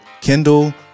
Kindle